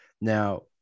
Now